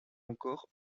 encore